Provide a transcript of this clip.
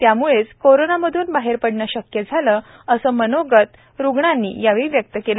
त्यामुळेच कोरोनामधून बाहेर पडणे शक्य झाले असे मनोगत यावेळी त्यांनी व्यक्त केले